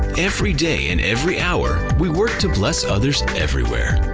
every day and every hour, we work to bless others everywhere!